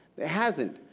it hasn't.